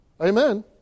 Amen